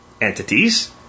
entities